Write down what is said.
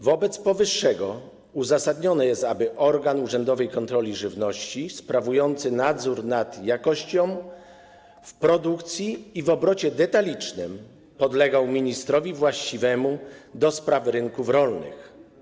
Wobec powyższego uzasadnione jest, aby organ urzędowej kontroli żywności sprawujący nadzór nad jakością produkcji i w obrocie detalicznym podlegał ministrowi właściwemu do spraw rynków rolnych.